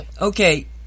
Okay